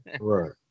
Right